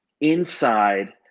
inside –